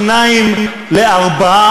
כמו בארצות-הברית?